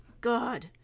God